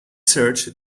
search